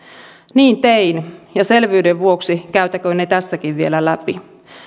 niin tein ja selvyyden vuoksi käytäköön ne tässäkin vielä läpi